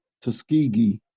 Tuskegee